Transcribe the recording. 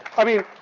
i mean,